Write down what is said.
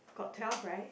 got twelve right